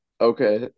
Okay